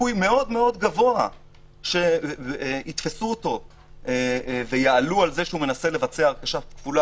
וסיכוי מאוד גבוה שיתפסו אותו ויעלו על זה שמנסה לעשות הרכשה כפולה